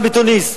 גם בתוניס,